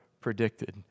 predicted